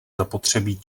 zapotřebí